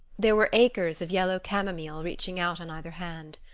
there were acres of yellow camomile reaching out on either hand.